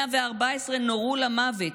114 נורו למוות.